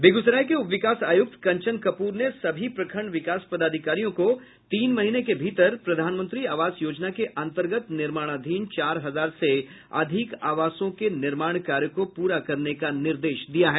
बेगूसराय के उपविकास आयुक्त कंचन कपूर ने सभी प्रखंड विकास पदाधिकारियों को तीन महीने के भीतर प्रधानमंत्री आवास योजना के अंतर्गत निर्माणाधीन चार हजार से अधिक आवासों के निर्माण कार्य को पूरा करने का निर्देश दिया है